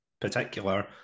particular